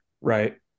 right